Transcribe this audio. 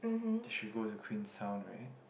they should go to Queenstown right